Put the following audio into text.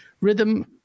rhythm